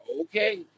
Okay